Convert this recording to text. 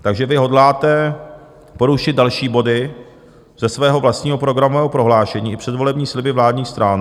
Takže vy hodláte porušit další body ze svého vlastního programového prohlášení i předvolební sliby vládních stran.